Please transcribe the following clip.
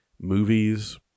movies